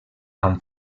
amb